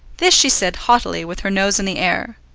this she said haughtily, with her nose in the air.